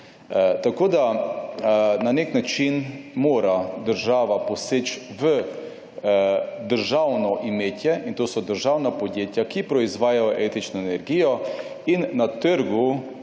kurjave? Na nek način mora država poseči v državno imetje, in to so državna podjetja, ki proizvajajo električno energijo, in na trgu